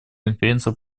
конференция